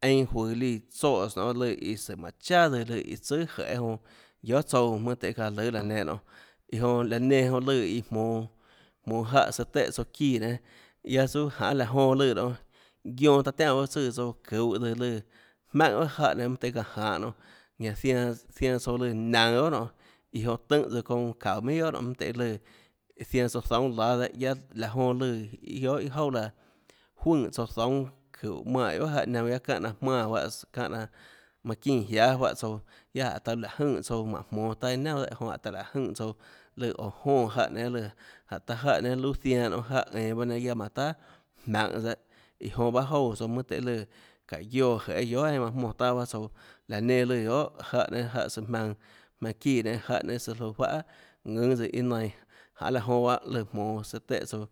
einã juøå líã tsoè s nonê lùã iã søã lùã mánhå chaàs jeê jonã guiohà tsouã mønâ tøhê çaã lùâ laã nenã nonê iã jonã laã nenã jonã lùã iã jmonå jmonå jáhã søã tùhã tsouã çíã nénâ guiaâ suâ janê laã jonã lùã nionê guionã taã tiánã bahâ tsùã tsouã çuhå tsøã lùã jmaùnhà guiohà jáhå nénâ mønâ tøhê çaã janhå nonê ñanã zianã zianã tsouã lùã naønå guiohà nonê iã jonã tùnhã çounã çuáå minhà guiohà nonê mønâ tøhê lùã zianã tsouã zoúnâ láâ dehâ guiaâ laå jonã lùã guiohà iâ jouà laã juønè tsouã zoúnâ çúhå manè guiohà jáhã naunã guiaâ çánhã laå jmánã juáhãs çánhã laå manã çínã jiáâ juáhã tsouã guiaâ jáhã taã láhå jønè tsouã mánhå jmonå taâ iâ naunà dehâ jonã táhå láhå jønè tsouã lùã oå jónã jáhã nénâ jánhå taã jáhã nénâ luâ zianã nonê jáhã ænå baâ nénâ guiaâ manã tahà jmaønhå tsøã dehâ iã jonã baâ joúã tsouã mønâ tøhê lùã çáå guioã jeê guiohà einã manã jmónã taâ bahâ tsouã laã nenã lùã guiohà jáhã nénâ jáhã søã jmaønã jmaønã çíã nénâ jáhã nénâ søã juánhã ðùnâ tsøã iâ nainã janê laã jonã bahâ lùã jmonås søã tùhã tsouã